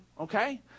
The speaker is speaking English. okay